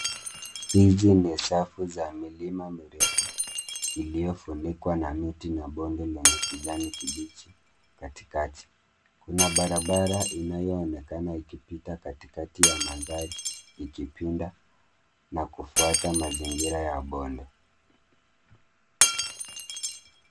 Hizi ni safu za milima mirefu, iliyofunikwa na miti na bonde lenye kijani kibichi katikati. Kuna barabara inayoonekana ikipita katikati ya mandhari, ikipinda na kufuata mazingira ya bonde.